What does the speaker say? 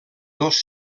dos